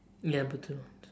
ya Bluetooth